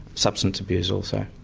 substance abuse also.